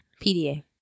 PDA